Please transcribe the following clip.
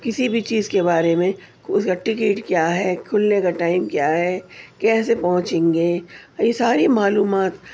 کسی بھی چیز کے بارے میں اس کا ٹکٹ کیا ہے کھلنے کا ٹائم کیا ہے کیسے پہنچیں گے یہ ساری معلومات